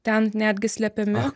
ten netgi slepiami